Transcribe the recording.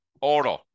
order